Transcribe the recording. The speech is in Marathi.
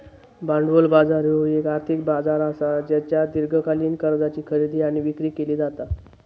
भांडवल बाजार ह्यो येक आर्थिक बाजार असा ज्येच्यात दीर्घकालीन कर्जाची खरेदी आणि विक्री केली जाता